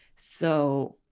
so,